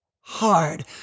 hard